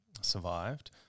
survived